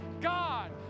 God